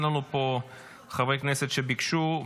אין לנו פה חברי כנסת שביקשו,